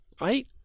right